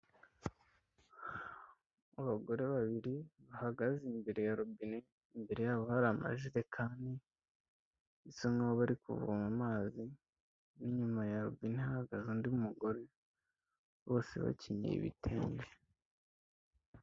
Abagore babiri bahagaze imbere ya robine imbere yabo hari amajerekani, bisa nkaho bari kuvoma amazi n'inyuma ya robine hahagaze undi mugore, bose bakenyeye ibitenge.